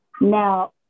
Now